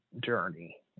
journey